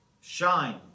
shine